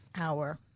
hour